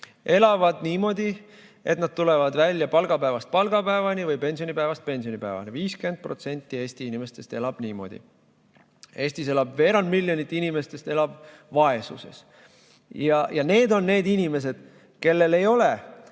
elavad niimoodi, et nad tulevad välja palgapäevast palgapäevani või pensionipäevast pensionipäevani. 50% Eesti inimestest elab niimoodi. Eestis elab veerand miljonit inimest vaesuses, ja need on need inimesed, kellel ei ole